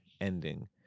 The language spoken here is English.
ending